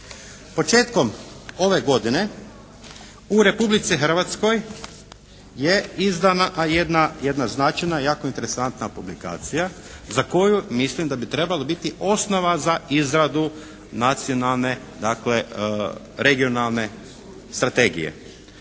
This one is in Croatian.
Početkom ove godine u Republici Hrvatskoj je izdana jedna značajna, jako interesantna publikacija za koju mislim da bi trebala biti osnova za izradu nacionalne dakle regionalne strategije.